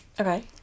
Okay